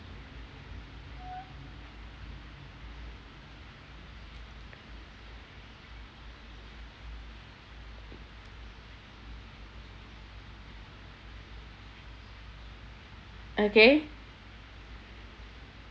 okay